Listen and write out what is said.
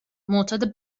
معتاد